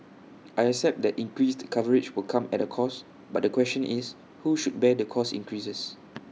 I accept that increased coverage will come at A cost but the question is who should bear the cost increases